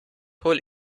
hol